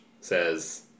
says